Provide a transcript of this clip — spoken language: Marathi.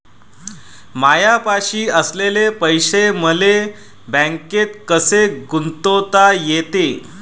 मायापाशी असलेले पैसे मले बँकेत कसे गुंतोता येते?